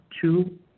two